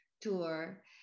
tour